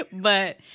but-